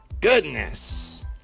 goodness